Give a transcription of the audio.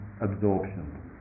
absorption